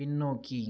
பின்னோக்கி